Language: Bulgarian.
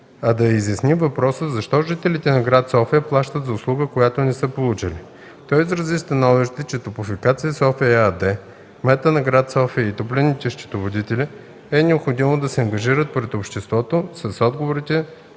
а да се изясни въпросът защо жителите на гр. София плащат за услуга, която не са получили. Той изрази становище, че „Топлофикация София” ЕАД, кметът на гр. София и топлинните счетоводители е необходимо да се ангажират пред обществото с отговорите